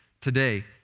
today